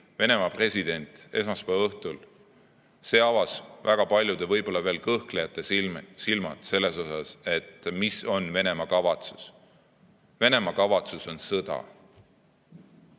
Venemaa president esmaspäeva õhtul, avas väga paljude võib-olla veel kõhklejate silmad selles suhtes, mis on Venemaa kavatsus. Venemaa kavatsus on sõda.